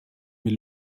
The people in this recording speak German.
mit